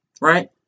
right